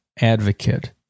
advocate